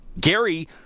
Gary